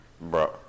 Bro